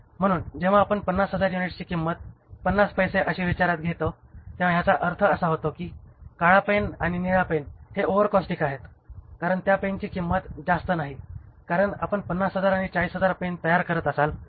म्हणून जेव्हा आपण 50000 युनिट्सची किंमत 50 पैसे अशी विचारात घेतो तेव्हा याचा अर्थ असा होतो की काळा पेन आणि निळ्या पेन हे ओव्हर कॉस्टिक आहेत कारण त्या पेनची किंमत जास्त नाही कारण आपण 50000 आणि 40000 पेन तयार करत आहोत